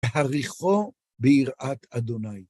והריחו ביראת אדוני.